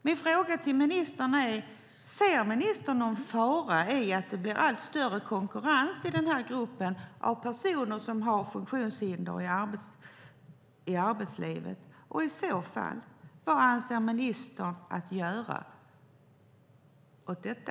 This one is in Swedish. Min fråga till ministern är: Ser ministern någon fara i att det blir allt större konkurrens i den här gruppen av personer som har funktionshinder i arbetslivet, och vad avser ministern i så fall att göra åt detta?